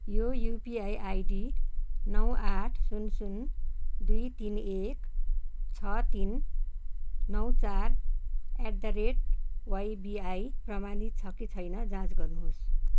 यो UPI ID नौ आठ सुन सुन दुई तिन एक छ तिन नौ चार एट द रेट वाइबिआई प्रमाणित छ कि छैन जाँच गर्नुहोस्